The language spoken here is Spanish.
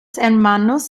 hermanos